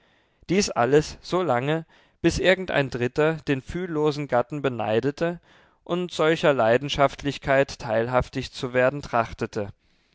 dies alles solange bis irgendein dritter den fühllosen gatten beneidete und solcher leidenschaftlichkeit teilhaftig zu werden trachtete